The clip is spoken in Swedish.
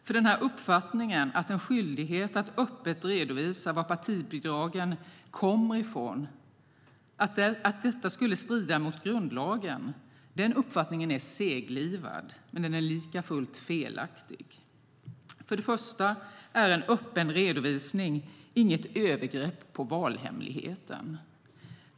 Uppfattningen att en skyldighet att öppet redovisa var partibidragen kommer ifrån skulle stå i strid med grundlagen är seglivad men likafullt felaktig. För det första är en öppen redovisning inget övergrepp på valhemligheten.